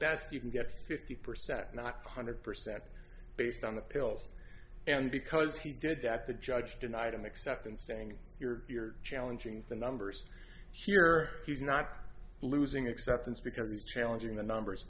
best you can get fifty percent not one hundred percent based on the pills and because he did that the judge denied him except in saying you're challenging the numbers here he's not losing acceptance because he's challenging the numbers